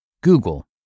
Google